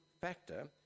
factor